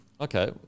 Okay